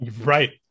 right